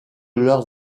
leurs